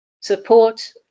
support